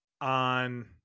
on